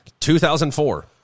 2004